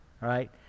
right